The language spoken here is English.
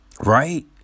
Right